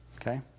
Okay